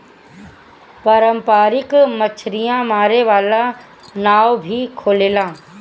पारंपरिक मछरी मारे वाला नाव भी होखेला